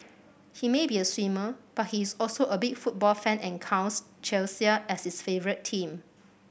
he may be a swimmer but he is also a big football fan and counts Chelsea as his favourite team